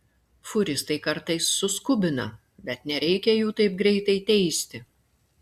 fūristai kartais suskubina bet nereikia jų taip greitai teisti